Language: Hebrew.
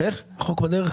החוק בדרך?